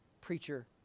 preacher